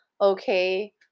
okay